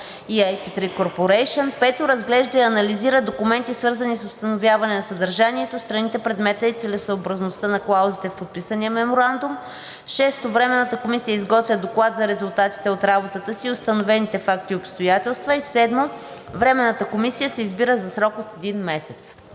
и IP3 Corporation. 5. Разглежда и анализира документи, свързани с установяване на съдържанието, страните, предмета и целесъобразността на клаузите в подписания меморандум. 6. Временната комисия изготвя доклад за резултатите от работата си и установените факти и обстоятелства. 7. Временната комисия се избира за срок от един месец.“